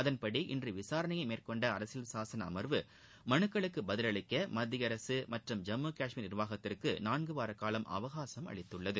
அதன்படி இன்று விசாரணையை மேற்கொண்ட அரசியல் சாசன அமர்வு மனுக்களுக்கு பதிலளிக்க மத்திய அரசு மற்றும் ஜம்மு காஷ்மீர் நிர்வாகத்திற்கு நான்குவார காலம் அவகாசம் அளித்துள்ளது